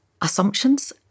assumptions